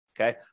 Okay